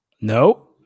No